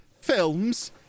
films